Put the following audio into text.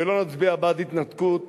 ולא נצביע בעד התנתקות,